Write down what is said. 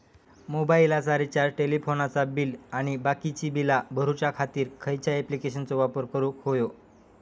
मोबाईलाचा रिचार्ज टेलिफोनाचा बिल आणि बाकीची बिला भरूच्या खातीर खयच्या ॲप्लिकेशनाचो वापर करूक होयो?